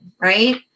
right